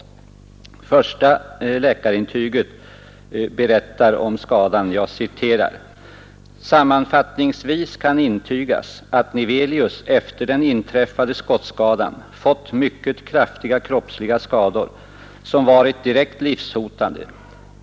Det första läkarintyget berättar om skadan: ”Sammanfattningsvis kan intygas att Nevelius efter den inträffade skottskadan fått mycket kraftiga kroppsliga skador som varit direkt livshotande.